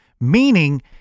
Meaning